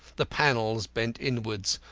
the panels bent inwards,